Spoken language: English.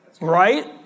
Right